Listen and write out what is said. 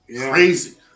crazy